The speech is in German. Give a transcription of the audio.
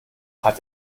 hat